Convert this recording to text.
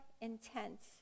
intense